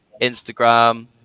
Instagram